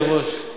אדוני היושב-ראש,